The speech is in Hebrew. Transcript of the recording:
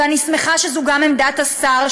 ואני שמחה שזו גם עמדת השר,